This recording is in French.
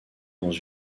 dans